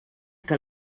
que